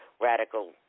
radical